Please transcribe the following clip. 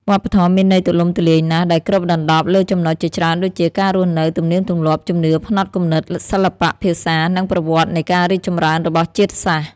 វប្បធម៌មានន័យទូលំទូលាយណាស់ ដែលគ្របដណ្ដប់លើចំណុចជាច្រើនដូចជា ការរស់នៅ ទំនៀមទម្លាប់ ជំនឿ ផ្នត់គំនិត សិល្បៈ ភាសា និងប្រវត្តិនៃការរីកចម្រើនរបស់ជាតិសាសន៍។